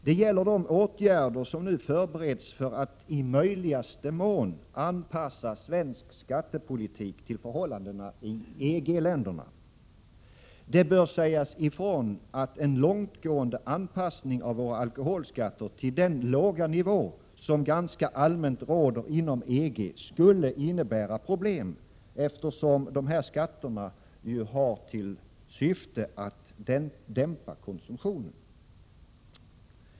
Det gäller de åtgärder som nu förbereds för att i möjligaste mån anpassa svensk skattepolitik till förhållandena i EG-länderna. Det bör sägas ifrån att en långtgående anpassning av våra alkoholskatter till den låga nivå som ganska allmänt råder inom EG skulle innebära problem, eftersom dessa skatter ju har till syfte att dämpa konsumtionen.